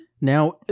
now